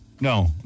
No